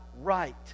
right